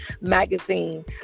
magazine